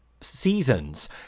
seasons